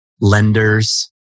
lenders